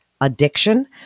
addiction